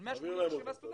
של 187 סטודנטים.